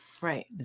Right